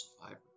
survivor